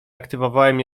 aktywowałem